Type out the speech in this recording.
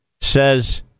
says